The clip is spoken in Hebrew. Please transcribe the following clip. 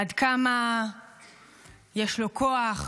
עד כמה יש לו כוח,